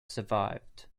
survived